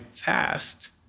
past